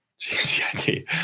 GCIT